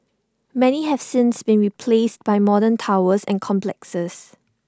many have since been replaced by modern towers and complexes